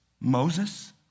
Moses